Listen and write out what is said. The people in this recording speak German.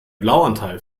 blauanteil